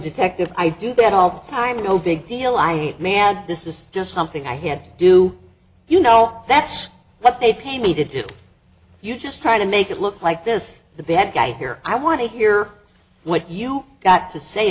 detective i do that all the time no big deal i may add this is just something i had to do you know that's what they pay me to do you just try to make it look like this the bad guy here i want to hear what you got to say